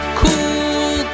cool